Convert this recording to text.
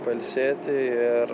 pailsėti ir